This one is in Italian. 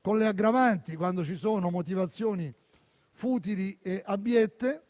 Con le aggravanti, quando ci sono motivazioni futili e abiette,